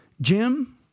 Jim